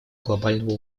глобального